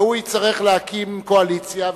והוא יצטרך להקים קואליציה,